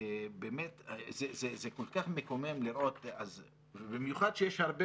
זה כל כך מקומם לראות במיוחד שיש הרבה